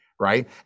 right